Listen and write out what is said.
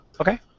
Okay